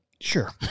Sure